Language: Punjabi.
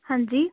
ਹਾਂਜੀ